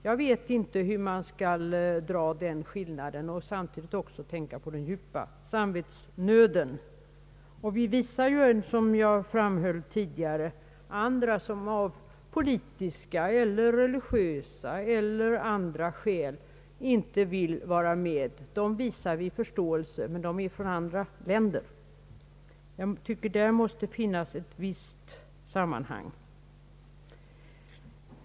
Jag vet inte hur man skall dra gränsen och samtidigt tänka också på den djupa samvetsnöden. Som jag framhöll tidigare visar vi förståelse för vissa som har politiska eller religiösa eller andra skäl — men de är från andra länder. Jag tycker att där måste finnas ett visst sammanhang i behandlingen av de främmande och våra egna.